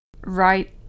right